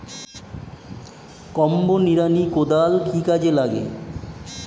Combo নিড়ানি কোদাল কি কাজে লাগে?